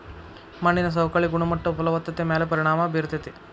ಮಣ್ಣಿನ ಸವಕಳಿ ಗುಣಮಟ್ಟ ಫಲವತ್ತತೆ ಮ್ಯಾಲ ಪರಿಣಾಮಾ ಬೇರತತಿ